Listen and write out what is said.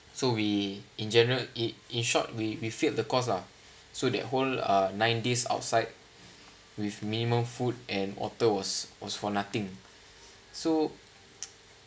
so we in general in in short we we failed the course lah so that whole uh nine days outside with minimal food and water was was for nothing so